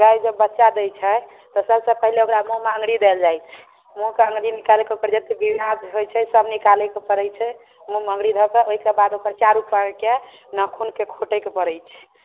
गाय जे बच्चा दै छै तऽ सबसँ पहिले ओकरा मुहमे अङुरी देल जाइत छै मुहसँ अङुरी निकालिकऽ ओकर जतेक बिरिआज होयत छै य सब निकालैके पड़ैत छै मुहमे अङुरी धऽ कऽ ओहिके बाद ओकर चारू पैरके यऽ नाखुनके खोटैके पड़ैत छै